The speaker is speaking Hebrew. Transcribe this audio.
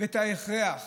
ואת ההכרח